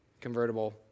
convertible